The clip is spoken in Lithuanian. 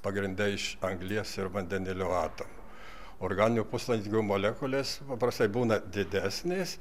pagrinde iš anglies ir vandenilio atomų organinių puslaidininkių molekulės paprastai būna didesnės